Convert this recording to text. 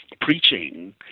preaching